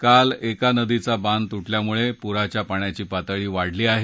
काल एका नदीचा बांध तुटल्यामुळे पुराच्या पाण्याची पातळी वाढली आहे